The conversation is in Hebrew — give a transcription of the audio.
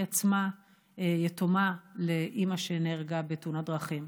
עצמה יתומה מאימא שנהרגה בתאונת דרכים.